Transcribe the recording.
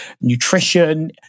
nutrition